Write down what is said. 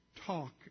talk